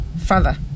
father